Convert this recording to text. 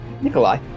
Nikolai